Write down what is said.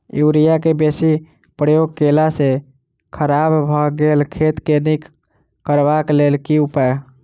Urea केँ बेसी प्रयोग केला सऽ खराब भऽ गेल खेत केँ नीक करबाक लेल की उपाय?